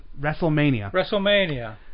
Wrestlemania